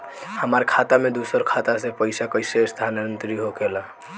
हमार खाता में दूसर खाता से पइसा कइसे स्थानांतरित होखे ला?